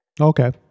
okay